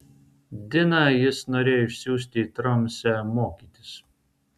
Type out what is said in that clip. diną jis norėjo išsiųsti į tromsę mokytis